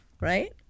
right